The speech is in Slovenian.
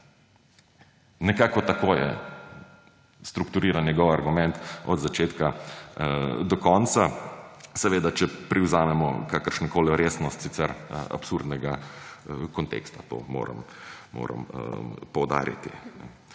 Nekako tako je strukturiran njegov argument od začetka do konca – seveda, če privzamemo kakršnokoli resnost sicer absurdnega konteksta, to moram poudariti.